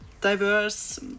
diverse